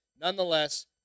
Nonetheless